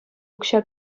укҫа